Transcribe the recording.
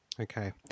Okay